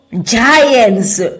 giants